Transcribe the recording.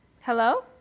Hello